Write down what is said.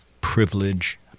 privilege